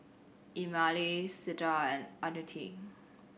Emilee Ciarra and Antoinette